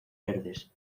verdes